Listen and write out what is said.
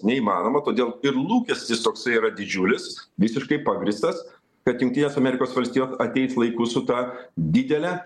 neįmanoma todėl ir lūkestis toksai yra didžiulis visiškai pagrįstas kad jungtinės amerikos valstijos ateis laiku su ta didele